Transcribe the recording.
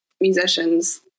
musicians